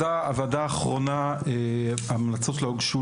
הוועדה האחרונה ההמלצות שלה הוגשו